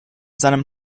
seinem